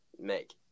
make